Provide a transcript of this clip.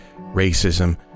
racism